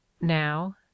Now